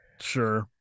Sure